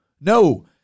no